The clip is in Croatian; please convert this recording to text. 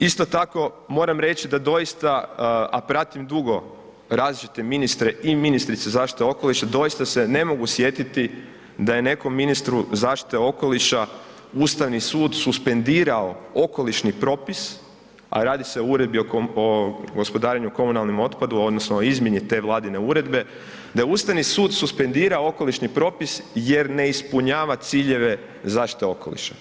Isto tako, moramo reći da doista, a pratim dugo različite ministre i ministrice zaštite okoliša, doista se ne mogu sjetiti da je nekom ministru zaštite okoliša Ustavni sud suspendirao okolišni propis a radi se o uredbi o gospodarenju komunalnim otpadom o izmjeni te Vladine uredbe da ustavni sud suspendira okolišni propis jer ne ispunjava ciljeve zaštite okoliša.